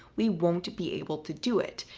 we won't be able to do it.